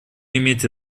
иметь